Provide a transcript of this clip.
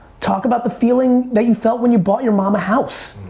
talk about the feeling that you felt when you bought your mom a house!